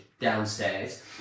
downstairs